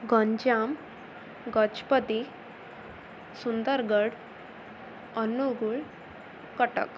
Ganjam Gajapati Sundargarh Angul Cuttack